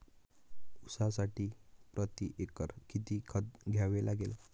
ऊसासाठी प्रतिएकर किती खत द्यावे लागेल?